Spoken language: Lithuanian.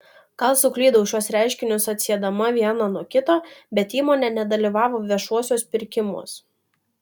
gal suklydau šiuos reiškinius atsiedama vieną nuo kito bet įmonė nedalyvavo viešuosiuos pirkimuos